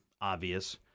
obvious